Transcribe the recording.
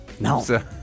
No